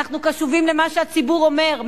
שאנחנו קשובים למה שהציבור אומר.